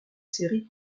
séries